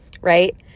right